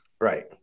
Right